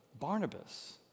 Barnabas